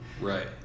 right